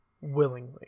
willingly